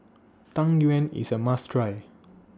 Tang Yuen IS A must Try